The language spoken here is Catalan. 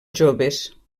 joves